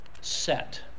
set